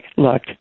Look